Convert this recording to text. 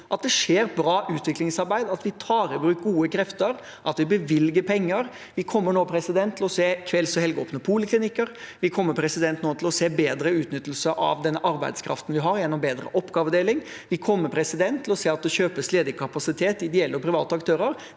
at det skjer bra utviklingsarbeid, at vi tar i bruk gode krefter, og at vi bevilger penger. Vi kommer nå til å se kvelds- og helgeåpne poliklinikker. Vi kommer nå til å se bedre utnyttelse av den arbeidskraften vi har, gjennom bedre oppgavedeling. Vi kommer til å se at det kjøpes ledig kapasitet hos ideelle og private aktører.